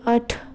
अट्ठ